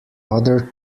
other